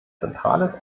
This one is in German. zentrales